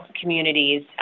communities